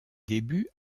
débuts